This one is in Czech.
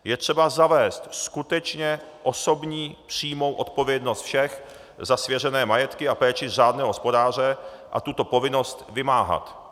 Je třeba zavést skutečně osobní přímou odpovědnost všech za svěřené majetky a péči řádného hospodáře a tuto povinnost vymáhat.